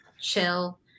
chill